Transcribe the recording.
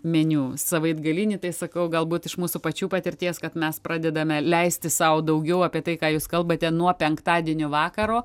meniu savaitgalinį tai sakau galbūt iš mūsų pačių patirties kad mes pradedame leistis sau daugiau apie tai ką jūs kalbate nuo penktadienio vakaro